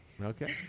Okay